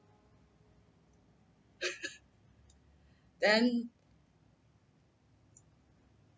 then